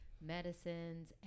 medicines